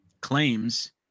claims